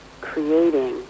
creating